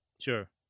Sure